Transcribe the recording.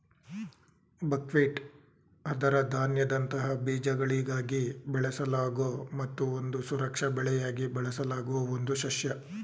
buckwheat ಅದರ ಧಾನ್ಯದಂತಹ ಬೀಜಗಳಿಗಾಗಿ ಬೆಳೆಸಲಾಗೊ ಮತ್ತು ಒಂದು ರಕ್ಷಾ ಬೆಳೆಯಾಗಿ ಬಳಸಲಾಗುವ ಒಂದು ಸಸ್ಯ